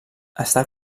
està